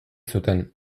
zuten